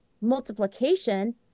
multiplication